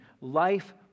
life